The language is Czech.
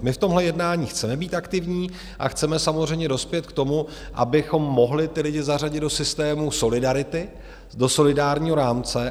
My v tomhle jednání chceme být aktivní a chceme samozřejmě dospět k tomu, abychom mohli ty lidi zařadit do systému solidarity, do solidárního rámce.